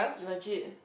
legit